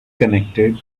connected